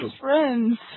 friends